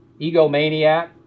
egomaniac